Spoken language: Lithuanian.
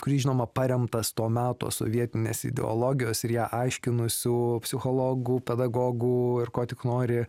kurį žinoma paremtas to meto sovietinės ideologijos ir ją aiškinusių psichologų pedagogų ir ko tik nori